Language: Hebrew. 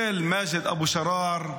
של מג'ד אבו שרר,